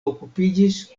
okupiĝis